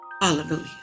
Hallelujah